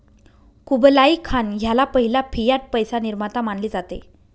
Kublai Khan ह्याला पहिला fiat पैसा निर्माता मानले जाते